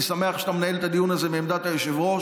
אני שמח שאתה מנהל את הדיון הזה מעמדת היושב-ראש.